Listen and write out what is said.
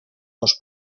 dos